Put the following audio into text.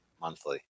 monthly